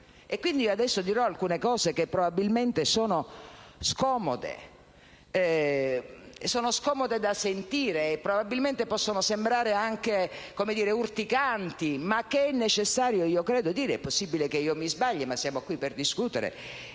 adesso dirò alcune cose che probabilmente sono scomode da sentire e possono sembrare anche urticanti, ma che credo sia necessario dire. È possibile che io mi sbagli, ma siamo qui per discutere